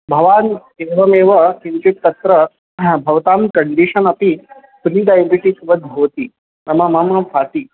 भवान् एवमेव किञ्चित् तत्र हा भवतां कण्डीशन् अपि प्रीडैयबिटिक् वद् भवति नाम मम भाति